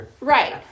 Right